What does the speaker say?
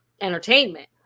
entertainment